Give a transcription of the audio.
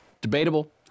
Debatable